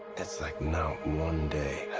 it's like no one day